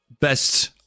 Best